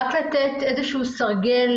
לתת סרגל,